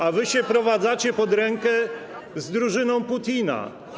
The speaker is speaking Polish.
a wy się prowadzacie pod rękę z drużyną Putina.